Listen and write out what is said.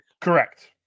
Correct